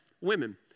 women